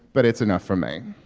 but it's enough for me